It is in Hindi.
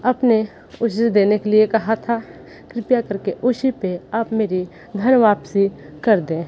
अपने उस दिन देने के लिए कहा था कृपया कर के उसी पे आप मेरी घर वापसी कर दें